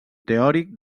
teòric